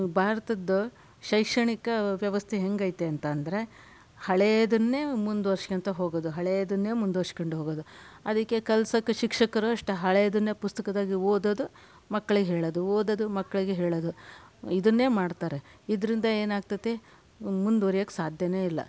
ಇನ್ನು ಭಾರತದ್ದು ಶೈಕ್ಷಣಿಕ ವ್ಯವಸ್ಥೆ ಹೆಂಗೈತೆ ಅಂತಂದರೆ ಹಳೆಯದನ್ನೇ ಮುಂದುವರ್ಸ್ಕೊಂತ ಹೋಗೋದು ಹಳೇದನ್ನೇ ಮುಂದುವರ್ಸ್ಕೊಂಡು ಹೋಗೋದು ಅದಕ್ಕೆ ಕಲಿಸೋಕ್ಕೆ ಶಿಕ್ಷಕರು ಅಷ್ಟೆ ಹಳೇದನ್ನೇ ಪುಸ್ತಕದಾಗೆ ಓದೋದು ಮಕ್ಕಳಿಗೆ ಹೇಳೋದು ಓದೋದು ಮಕ್ಕಳಿಗೆ ಹೇಳೋದು ಇದನ್ನೇ ಮಾಡ್ತಾರೆ ಇದರಿಂದ ಏನಾಗ್ತಿದೆ ಮುಂದುವರಿಯೋಕ್ಕೆ ಸಾಧ್ಯನೇ ಇಲ್ಲ